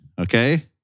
okay